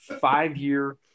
five-year